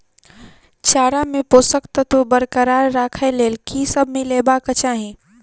चारा मे पोसक तत्व बरकरार राखै लेल की सब मिलेबाक चाहि?